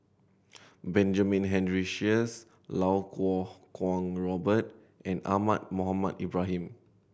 Benjamin Henry Sheares Iau Kuo Kwong Robert and Ahmad Mohamed Ibrahim